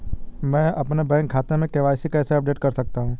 मैं अपने बैंक खाते में के.वाई.सी कैसे अपडेट कर सकता हूँ?